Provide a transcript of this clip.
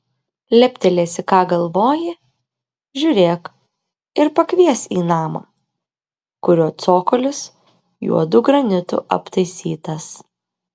leptelėsi ką galvoji žiūrėk ir pakvies į namą kurio cokolis juodu granitu aptaisytas